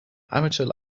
amateur